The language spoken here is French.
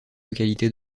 localités